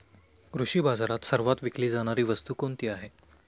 कृषी बाजारात सर्वात विकली जाणारी वस्तू कोणती आहे?